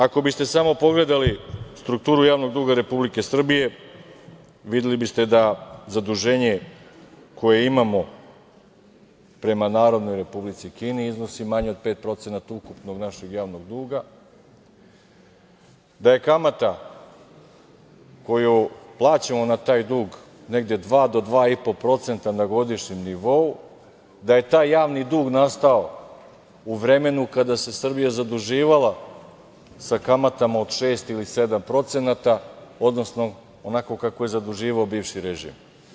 Ako biste samo pogledali strukturu javnog duga Republike Srbije, videli biste da zaduženje koje imamo, prema Narodnoj republici Kini, iznosi manje od 5% od ukupnog našeg javnog duga, da je kamata koju plaćamo na taj dug, negde 2% do 2,5% na godišnjem nivou, da je taj javni dug nastao u vremenu kada se Srbija zaduživala sa kamatama od 6% ili 7%, odnosno onako kako je zaduživao bivši režim.